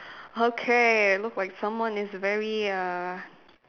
okay look like someone is very uh